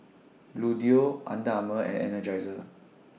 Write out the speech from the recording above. Bluedio Under Armour and Energizer